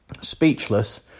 Speechless